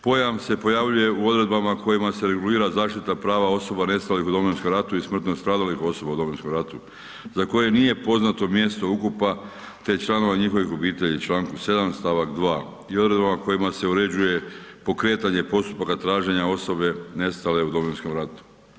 Pojam se pojavljuje u odredbama u kojima se regulira zaštita prava osoba nestalih u Domovinskom ratu i smrtno stradalih osoba u Domovinskom ratu za koje nije poznato mjesto ukopa te članova njihovih obitelji u članku 7. stavak 2. i odredbama kojima se uređuje pokretanja postupaka traženja osobe nestale u Domovinskom ratu.